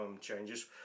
Changes